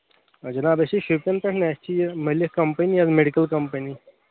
جِناب أسۍ چھِ شوپین پیٚٹھ نا اَسہِ چھِ یہِ ملک کمپٔنی میٚڈِکل کَمپنی